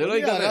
זה לא ייגמר.